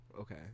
Okay